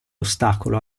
ostacolo